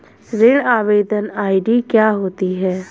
ऋण आवेदन आई.डी क्या होती है?